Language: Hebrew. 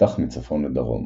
חתך מצפון לדרום